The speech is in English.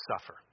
suffer